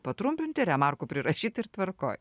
patrumpinti remarkų prirašyt ir tvarkoj